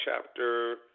chapter